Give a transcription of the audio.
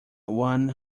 one